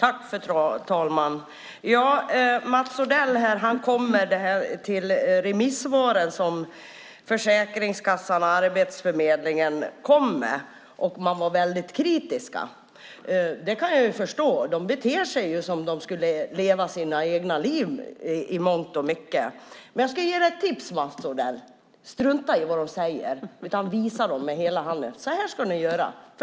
Fru talman! Mats Odell kom till remissvaret från Försäkringskassan och Arbetsförmedlingen, som var väldigt kritiskt. Det förstår jag. De beter sig som om de skulle leva sina egna liv. Men jag ska ge dig ett tips, Mats Odell: Strunta i vad de säger och visa med hela handen hur de ska göra!